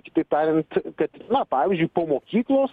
kitaip tariant kad na pavyzdžiui po mokyklos